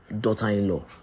daughter-in-law